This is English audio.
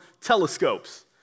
telescopes